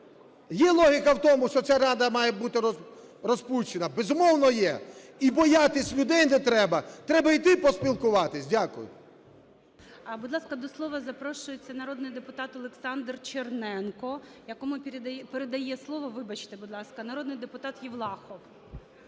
є логіка в тому, що ця Рада має бути розпущена? Безумовно, є. І боятись людей не треба, треба іти поспілкуватись. Дякую.